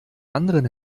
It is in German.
anderen